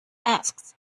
asked